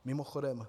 Mimochodem